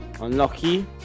Unlucky